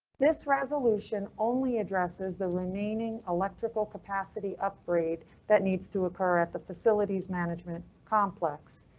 this resolution only addresses the remaining electrical capacity upgrade that needs to occur at the facilities management complex.